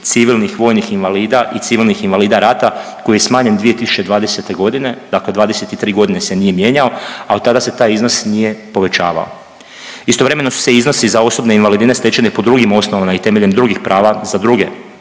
civilnih vojnih invalida i civilnih invalida rata koji je smanjen 2020.g., dakle 23.g. se nije mijenjao, a od tada se taj iznos nije povećavao. Istovremeno su se iznosi za osobne invalidnine stečene po drugim osnovama i temeljem drugih prava za druge